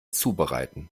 zubereiten